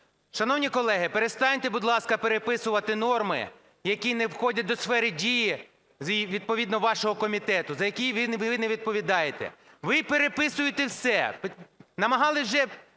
Шановні колеги, перестаньте, будь ласка, переписувати норми, які не входять до сфери дії відповідно вашого комітету, за які ви не відповідаєте. Ви переписуєте все, намагались вже